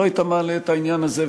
לא היית מעלה את העניין הזה,